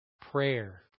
Prayer